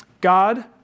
God